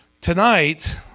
tonight